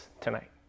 tonight